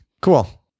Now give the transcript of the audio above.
Cool